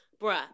Bruh